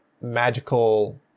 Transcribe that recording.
magical